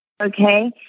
okay